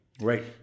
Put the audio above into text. Right